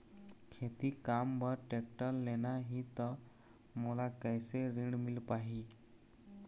खेती काम बर टेक्टर लेना ही त मोला कैसे ऋण मिल पाही?